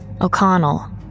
O'Connell